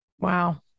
Wow